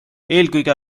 eelkõige